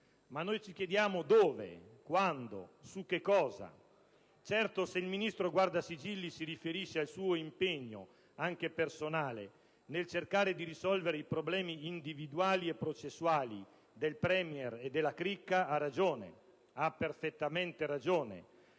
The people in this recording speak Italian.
Ma noi ci chiediamo: dove? Quando? Su che cosa? Certo, se il Ministro Guardasigilli si riferisce al suo impegno, anche personale, nel cercare di risolvere i problemi individuali e processuali del Premier e della cricca, ha ragione. Ha perfettamente ragione.